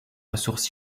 ressources